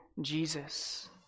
Jesus